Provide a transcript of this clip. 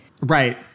Right